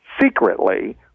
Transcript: secretly